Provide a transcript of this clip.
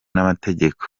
n’amategeko